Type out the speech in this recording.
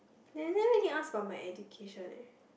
they never really ask for my education eh